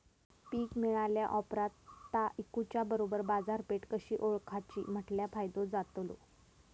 पीक मिळाल्या ऑप्रात ता इकुच्या बरोबर बाजारपेठ कशी ओळखाची म्हटल्या फायदो जातलो?